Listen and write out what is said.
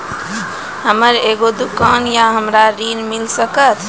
हमर एगो दुकान या हमरा ऋण मिल सकत?